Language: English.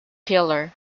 killer